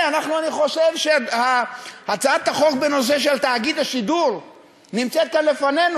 אני חושב שהצעת החוק בנושא תאגיד השידור נמצאת כאן לפנינו.